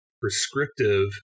prescriptive